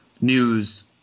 news